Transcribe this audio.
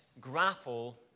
grapple